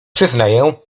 przyznaję